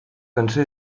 cançó